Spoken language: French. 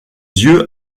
yeux